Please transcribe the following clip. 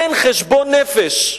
אין חשבון נפש.